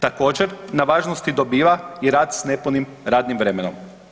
Također na važnosti dobiva i rad s nepunim radnim vremenom.